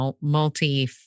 multi